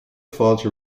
fáilte